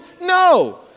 No